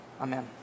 Amen